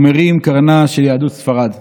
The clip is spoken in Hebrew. ומרים קרנה של יהדות ספרד.